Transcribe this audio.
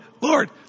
Lord